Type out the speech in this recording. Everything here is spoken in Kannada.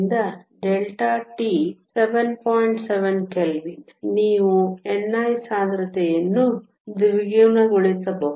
7 ಕೆಲ್ವಿನ್ ನೀವು ni ಸಾಂದ್ರತೆಯನ್ನು ದ್ವಿಗುಣಗೊಳಿಸಬಹುದು